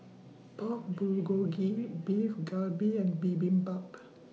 Pork Bulgogi Beef Galbi and Bibimbap